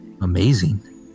amazing